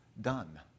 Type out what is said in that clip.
done